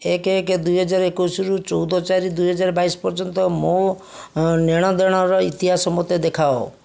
ଏକ ଏକ ଦୁଇହଜାର ଏକୋଇଶିରୁ ଚଉଦ ଚାରି ଦୁଇହଜାର ବାଇଶ ପର୍ଯ୍ୟନ୍ତ ମୋ ନେଣଦେଣର ଇତିହାସ ମୋତେ ଦେଖାଅ